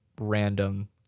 random